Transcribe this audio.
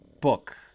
book